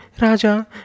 Raja